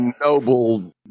noble